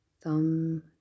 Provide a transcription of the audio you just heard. thumb